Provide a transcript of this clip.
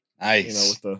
Nice